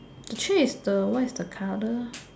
actually is the what is the colour